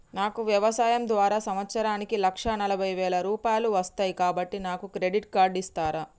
నాకు వ్యవసాయం ద్వారా సంవత్సరానికి లక్ష నలభై వేల రూపాయలు వస్తయ్, కాబట్టి నాకు క్రెడిట్ కార్డ్ ఇస్తరా?